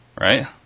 Right